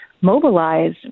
mobilize